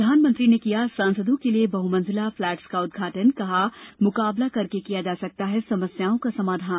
प्रधानमंत्री ने किया सांसदों के लिये बहुमंजिला फ्लैट्स का उद्घाटन कहा मुकाबला करके किया जा सकता है समस्याओं का समाधान